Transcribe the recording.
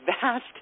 vast